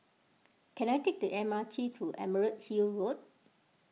can I take the M R T to Emerald Hill Road